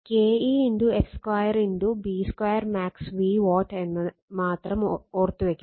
Ke f2 B2 max V watt എന്ന് മാത്രം ഓർത്തുവെക്കുക